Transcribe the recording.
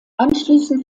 anschließend